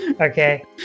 Okay